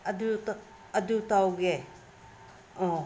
ꯑꯗꯨ ꯇꯧꯒꯦ ꯑꯧ